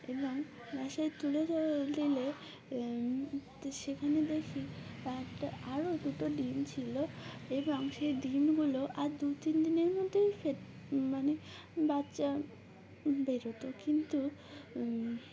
এবং নশায় তুলে ধ দিলে সেখানে দেখি একটা আরও দুটো ডিম ছিলো এবং সেই ডিমগুলো আর দু তিন দিনের মধ্যেই মানে বাচ্চা বেরোতো কিন্তু